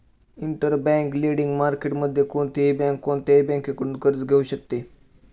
Interbank lending मार्केटमध्ये कोणतीही bank कोणत्याही बँकेकडून कर्ज घेऊ शकते का?